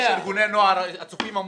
יש הצופים המוסלמים,